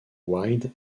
wild